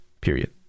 Period